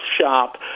shop